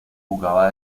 jugaba